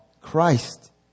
Christ